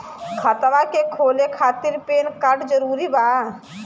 खतवा के खोले खातिर पेन कार्ड जरूरी बा?